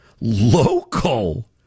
local